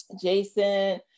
Jason